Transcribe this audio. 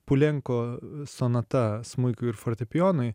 pulenko sonata smuikui ir fortepijonui